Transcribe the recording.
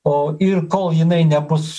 o ir kol jinai nebus